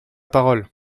parole